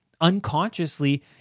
unconsciously